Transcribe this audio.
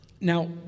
Now